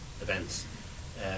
events